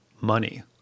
money